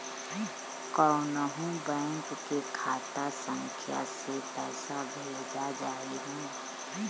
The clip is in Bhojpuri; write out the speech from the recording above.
कौन्हू बैंक के खाता संख्या से पैसा भेजा जाई न?